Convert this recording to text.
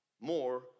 more